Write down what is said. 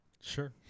Sure